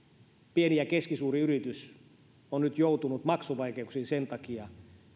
pieni ja keskisuuri yritys on nyt joutunut maksuvaikeuksiin sen takia